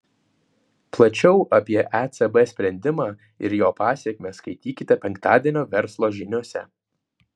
plačiau apie ecb sprendimą ir jo pasekmes skaitykite penktadienio verslo žiniose